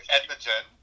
Edmonton